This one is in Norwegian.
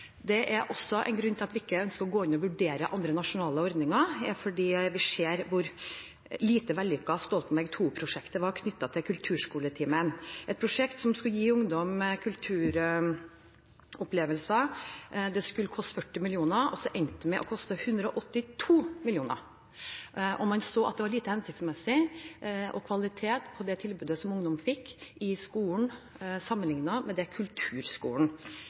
Det er også en grunn til at vi ikke ønsker å gå inn og vurdere andre nasjonale ordninger, for vi har sett hvor lite vellykket Stoltenberg II-prosjektet Kulturskoletimen var, et prosjekt som skulle gi ungdom kulturopplevelser. Det skulle koste 40 mill. kr, og så endte det med å koste 182 mill. kr. Man så at det tilbudet som ungdom fikk i skolen, var lite hensiktsmessig også når det gjelder kvalitet, sammenlignet med det